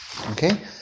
Okay